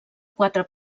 quatre